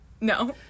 No